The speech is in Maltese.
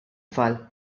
tfal